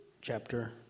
chapter